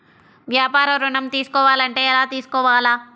వ్యాపార ఋణం తీసుకోవాలంటే ఎలా తీసుకోవాలా?